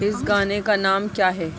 اس گانے کا نام کیا ہے